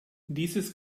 dieses